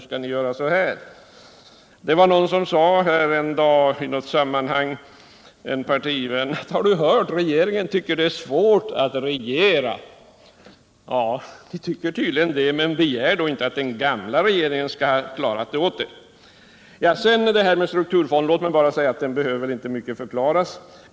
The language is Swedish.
En partivän sade en dag i något sammanhang. Har du hört, regeringen tycker att det är svårt att regera. Ja, ni tycker tydligen det, men begär då inte att den gamla regeringen skall klara det åt er. Låt mig bara om strukturfonden säga att den behöver inte mycken förklaring.